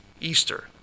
Easter